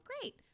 great